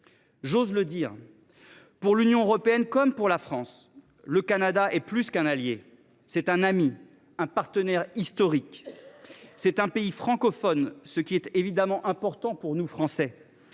J’ose le dire : pour l’Union européenne, comme pour la France, le Canada est plus qu’un allié. C’est un ami, un partenaire historique. C’est un pays francophone, ce qui est évidemment important pour nous, Français.